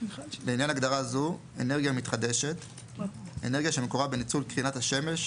לעניין הגדרה זו - "אנרגיה מתחדשת" - אנרגיה שמקורה בניצול קרינת השמש,